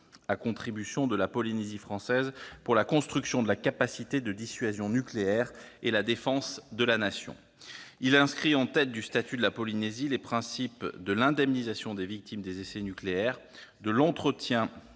à contribution, de la Polynésie française pour la construction de la capacité de dissuasion nucléaire et la défense de laNation. Il inscrit en tête du statut de la Polynésie les principesde l'indemnisation des victimes des essais nucléaires, del'entretien